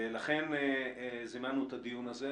ולכן זימנו את הדיון הזה.